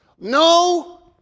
No